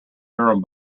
durham